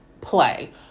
play